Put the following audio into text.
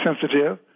sensitive